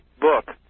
book